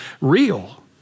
real